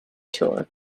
tour